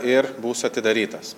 ir bus atidarytas